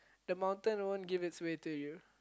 the mountain won't give its way to you